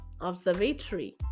observatory